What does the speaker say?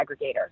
aggregator